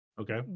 Okay